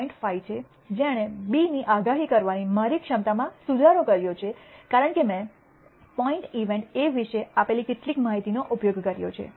5 છે જેણે B ની આગાહી કરવાની મારી ક્ષમતામાં સુધારો કર્યો છે કારણ કે મેં પોઇન્ટ ઇવેન્ટ A વિશે આપેલી કેટલીક માહિતીનો ઉપયોગ કર્યો છે